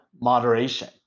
moderation